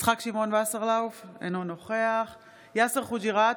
יצחק שמעון וסרלאוף, אינו נוכח יאסר חוג'יראת,